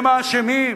הם האשמים.